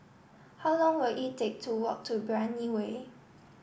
how long will it take to walk to Brani Way